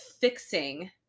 fixing